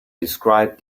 described